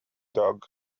dog